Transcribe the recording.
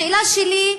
השאלה שלי,